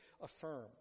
affirm